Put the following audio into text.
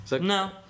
No